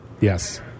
Yes